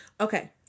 Okay